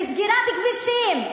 וסגירת כבישים,